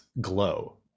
glow